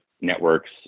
networks